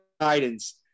guidance